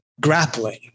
grappling